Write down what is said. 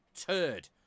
turd